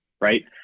right